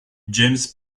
james